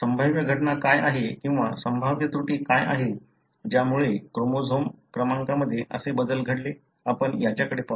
संभाव्य घटना काय आहे किंवा संभाव्य त्रुटी काय आहे ज्यामुळे क्रोमोझोम क्रमांकामध्ये असे बदल घडले आपण याच्याकडे पाहुया